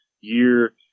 year